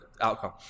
outcome